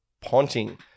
Ponting